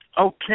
Okay